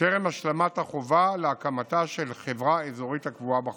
טרם השלמת החובה להקמתה של חברה אזורית הקבועה בחוק.